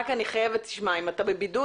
לחבריי סעיד וסונדוס.